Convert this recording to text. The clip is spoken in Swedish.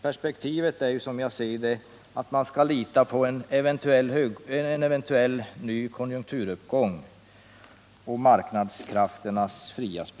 Perspektivet är, som jag ser det, att man skall lita på en eventuell ny konjunkturuppgång och marknadskrafternas fria spel.